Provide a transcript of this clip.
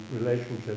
relationship